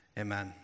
Amen